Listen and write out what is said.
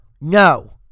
No